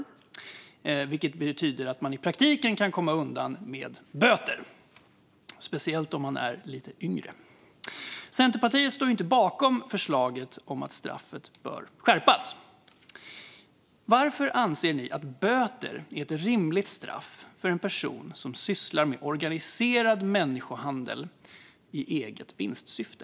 I praktiken betyder det att man kan komma undan med böter, speciellt om man är lite yngre. Centerpartiet står inte bakom förslaget om att straffet ska skärpas. Varför anser ni att böter är ett rimligt straff för en person som sysslar med organiserad människohandel i eget vinstsyfte?